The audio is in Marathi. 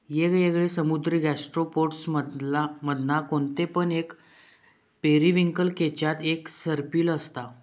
येगयेगळे समुद्री गैस्ट्रोपोड्स मधना कोणते पण एक पेरिविंकल केच्यात एक सर्पिल असता